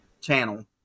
channel